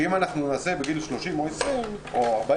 כי אם נעשה את הבדיקה בגיל 30 או 20 או 40